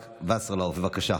בבקשה.